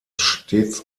stets